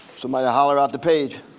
somebody holler out the page.